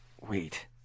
Wait